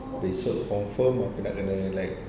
besok confirm aku nak kena like